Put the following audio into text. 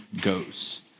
goes